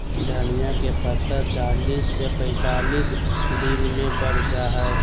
धनिया के पत्ता चालीस से पैंतालीस दिन मे बढ़ जा हय